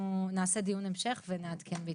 נעשה דיון המשך ונעדכן בהתפתחויות.